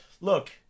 look